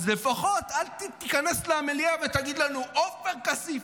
אז לפחות אל תיכנס למליאה ותגיד לנו: עופר כסיף.